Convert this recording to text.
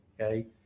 okay